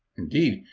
indeed,